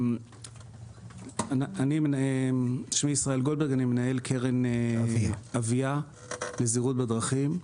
אני מנהל קרן אביה לזהירות בדרכים.